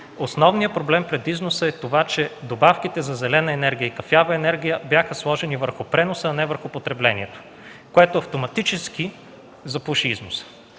Основният проблем пред износа е това, че добавките за зелена и кафява енергия бяха сложени върху преноса, а не върху потреблението, което автоматически запуши износа.